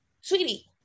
sweetie